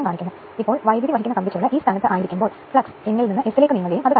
985 ഇതാണ് 100 kVA transformer